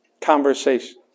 conversation